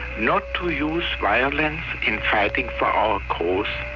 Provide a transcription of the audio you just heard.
not to use violence in fighting for our cause,